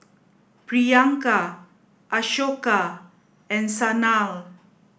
Priyanka Ashoka and Sanal